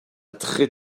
très